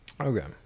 Okay